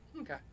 Okay